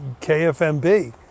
KFMB